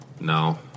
No